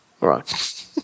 right